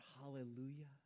Hallelujah